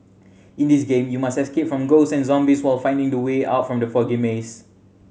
in this game you must escape from ghosts and zombies while finding the way out from the foggy maze